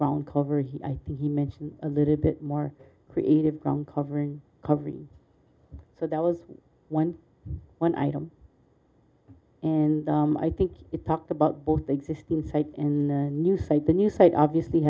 groundcover he i think he mentioned a little bit more creative from covering covering so that was one one item and i think it talked about both the existing sites in a new site the new site obviously